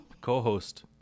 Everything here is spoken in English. co-host